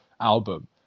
album